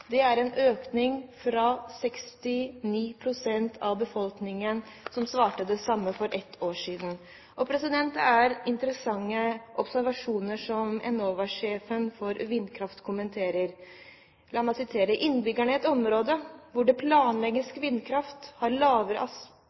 Det er en økning fra for ett år siden, da 69 pst. av befolkningen svarte det samme. Det er interessante observasjoner, som Enovas sjef for vindkraft kommenterer: «Innbyggere i områder hvor det planlegges vindkraft har lavere